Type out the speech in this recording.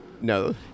No